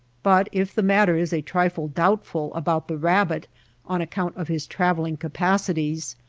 but if the matter is a trifle doubtful about the rabbit on account of his traveling capacities,